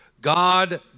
God